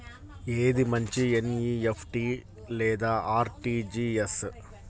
ఏది మంచి ఎన్.ఈ.ఎఫ్.టీ లేదా అర్.టీ.జీ.ఎస్?